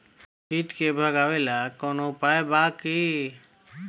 कीट के भगावेला कवनो उपाय बा की?